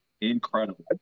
Incredible